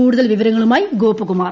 കൂടുതൽ വിവരങ്ങളുമായി ഗ്രോപ്പകുമാർ